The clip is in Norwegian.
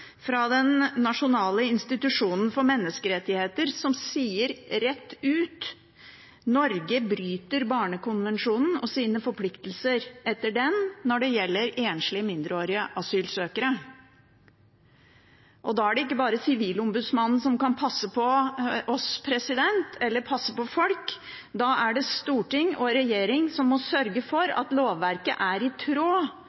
fra Norges nasjonale institusjon for menneskerettigheter, som sier rett ut at Norge bryter barnekonvensjonen og sine forpliktelser etter den når det gjelder enslige mindreårige asylsøkere. Da er det ikke bare Sivilombudsmannen som kan passe på folk, da er det storting og regjering som må sørge for